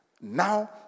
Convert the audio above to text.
Now